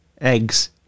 Eggs